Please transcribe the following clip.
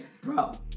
bro